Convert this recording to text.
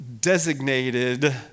designated